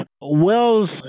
Wells